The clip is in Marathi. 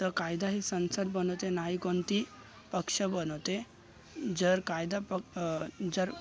तर कायदा ही संसद बनवते नाही कोणती पक्ष बनवते जर कायदा प् जर